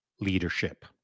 Leadership